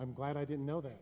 i'm glad i didn't know that